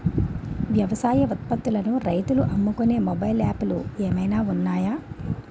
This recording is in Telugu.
వ్యవసాయ ఉత్పత్తులను రైతులు అమ్ముకునే మొబైల్ యాప్ లు ఏమైనా ఉన్నాయా?